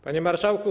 Panie Marszałku!